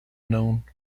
known